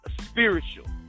spiritual